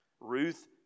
Ruth